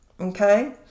Okay